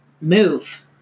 Move